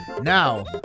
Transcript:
Now